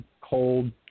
cold